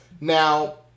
Now